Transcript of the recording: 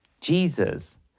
Jesus